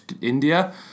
India